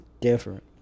different